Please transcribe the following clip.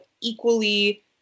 equally